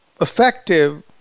effective